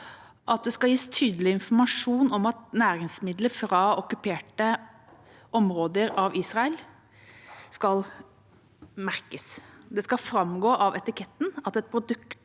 at det skal gis tydelig informasjon om næringsmidler fra okkuperte områder av Israel. De skal merkes. Det skal framgå av etiketten at et produkt